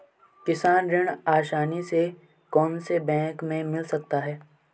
किसान ऋण आसानी से कौनसे बैंक से मिल सकता है?